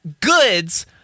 goods